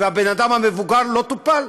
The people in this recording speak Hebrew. והבן אדם המבוגר לא טופל.